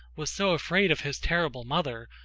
was so afraid of his terrible mother,